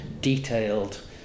detailed